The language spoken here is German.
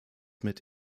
mit